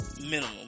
minimum